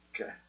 Okay